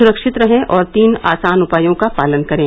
सुरक्षित रहें और तीन आसान उपायों का पालन करें